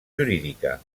jurídica